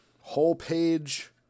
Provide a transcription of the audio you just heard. whole-page